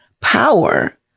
power